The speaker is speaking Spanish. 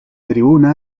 tribuna